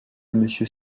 monsieur